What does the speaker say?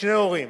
משני ההורים.